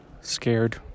scared